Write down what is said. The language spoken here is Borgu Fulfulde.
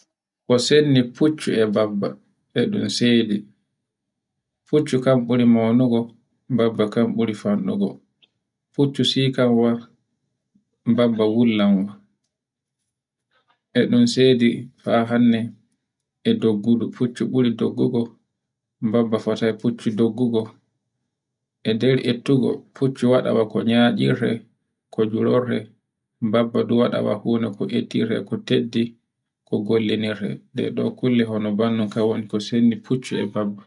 Ko senni fuccu e babba e ɗun sedi. Fuccu kan buri maunugo, babba kan buri fanɗugo. Fuccu sikanwa, babba wullanga. E ɗun sendi haa hande e doggudu, fuccu buri doggudu, babba fotayi fuccu doggugo. E nder ettugo, fuccu waɗai ko nyaɗirte, ko jurorte, babba du waɗa wakkuna ko ettire e ko teddi, ko gollinirte. ɗeɗe kulle hono banduka woni sendi fuccu e babba.